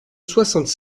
soixante